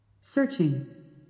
Searching